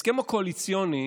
ההסכם הקואליציוני